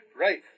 right